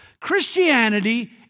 Christianity